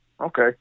Okay